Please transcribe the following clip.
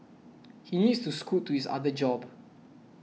he needs to scoot to his other job